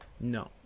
No